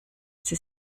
sie